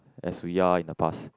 as we are in the past